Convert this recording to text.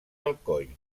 alcoi